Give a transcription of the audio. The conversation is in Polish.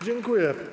Dziękuję.